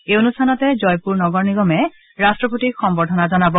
এই অনুষ্ঠানতে জয়পুৰ নগৰ নিগমে ৰট্টপতিক সম্বৰ্ধনা জনাব